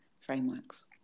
frameworks